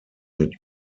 mit